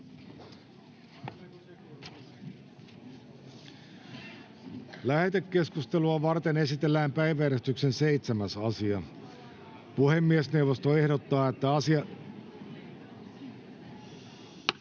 Lähetekeskustelua varten esitellään päiväjärjestyksen 7. asia. Puhemiesneuvosto ehdottaa, että asia